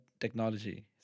technology